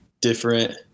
different